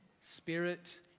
spirit